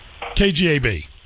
kgab